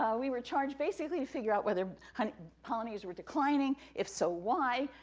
ah we were charged basically to figure out whether pollinators were declining, if so, why,